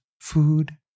food